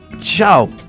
Ciao